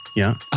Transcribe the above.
yeah ah.